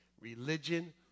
Religion